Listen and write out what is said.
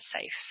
safe